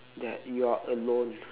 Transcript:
that you are alone